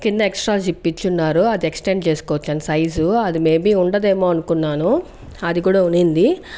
కింద extra zip ఇచ్చున్నారు అది ఎక్స్టెండ్ చేసుకోవచ్చని సైజు అది మేబీ ఉండదు ఏమో అనుకున్నాను అది కూడా ఉన్నింది